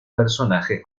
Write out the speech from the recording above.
personajes